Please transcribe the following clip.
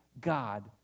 God